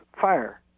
fire